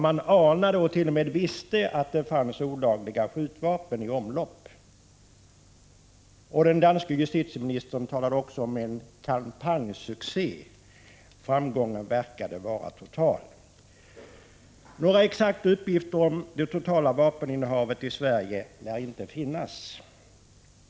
Man anade och t.o.m. visste att det fanns olagliga skjutvapen i omlopp. Den danske justitieministern talade också om en kampanjsuccé. Framgången verkade vara total. Några exakta uppgifter om det totala vapeninnehavet i Sverige lär inte finnas.